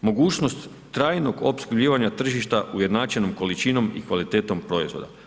mogućnost trajnog opskrbljivanja tržišta ujednačenom količinom i kvalitetom proizvoda.